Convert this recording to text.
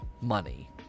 money